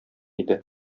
иде